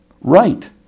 right